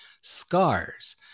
Scars